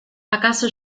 acaso